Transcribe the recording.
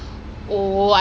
right